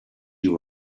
you